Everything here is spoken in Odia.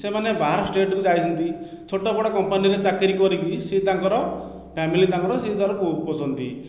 ସେମାନେ ବାହାର ଷ୍ଟେଟକୁ ଯାଇଛନ୍ତି ଛୋଟବଡ କମ୍ପାନୀରେ ଚାକିରି କରିକି ସେ ତାଙ୍କର ଫ୍ଯାମିଲି ତାଙ୍କର ସିଏ ତାଙ୍କର ପୋଷନ୍ତି